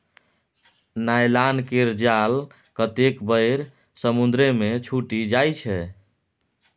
nylon केर जाल कतेक बेर समुद्रे मे छुटि जाइ छै